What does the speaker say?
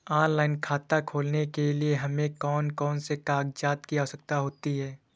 Online खाता खोलने के लिए हमें कौन कौन से कागजात की आवश्यकता होती है?